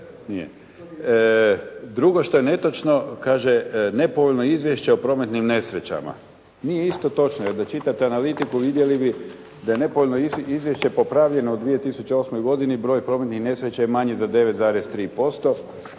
Drugo što je netočno kaže nepovoljno izvješće o prometnim nesrećama. Nije isto točno jer da čitate analitiku vidjeli bi da je nepovoljno izvješće popravljeno u 2008. godini broj prometnih nesreća je manji za 9,3%